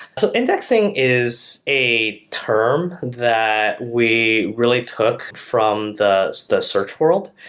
so indexing is a term that we really took from the the search world.